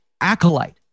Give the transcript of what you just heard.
acolyte